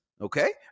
Okay